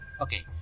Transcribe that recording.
Okay